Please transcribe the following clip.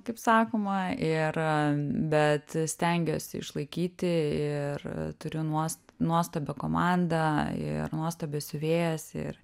kaip sakoma ir bet stengiuosi išlaikyti ir turiu nuos nuostabią komandą ir nuostabias siuvėjas ir